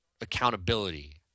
accountability